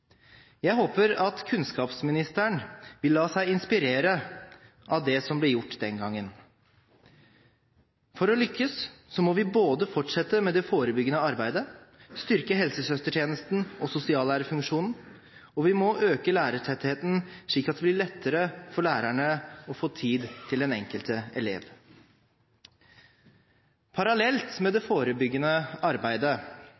Jeg håper at kunnskapsministeren vil la seg inspirere av det som ble gjort den gangen. For å lykkes må vi fortsette med det forebyggende arbeidet, styrke helsesøstertjenesten og sosiallærerfunksjonen, og vi må øke lærertettheten, slik at det blir lettere for lærerne å få tid til den enkelte elev. Parallelt med